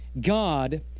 God